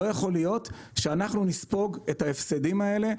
לא יכול להיות שאנחנו נספוג את ההפסדים האלה.